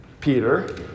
Peter